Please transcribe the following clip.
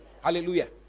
Hallelujah